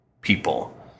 people